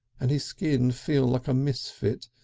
and his skin feel like a misfit,